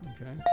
okay